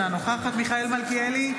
אינה נוכחת מיכאל מלכיאלי,